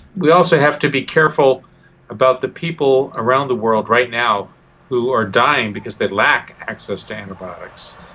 we also have to be careful about the people around the world right now who are dying because they lack access to antibiotics.